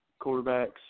quarterbacks